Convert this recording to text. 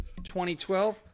2012